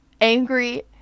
angry